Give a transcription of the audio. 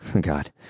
God